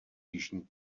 jižní